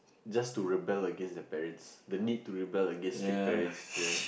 just to rebel against their parents the need to rebel against strict parents ya